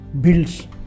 builds